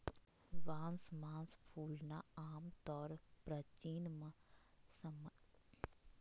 बांस मास फूलना आमतौर परचीन म्यांमार आर भारत में पाल जा हइ